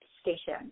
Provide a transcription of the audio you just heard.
station